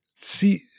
See